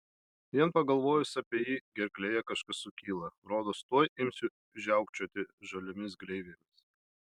vien pagalvojus apie jį gerklėje kažkas sukyla rodos tuoj imsiu žiaukčioti žaliomis gleivėmis